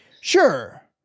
Sure